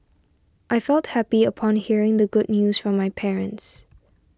I felt happy upon hearing the good news from my parents